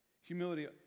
Humility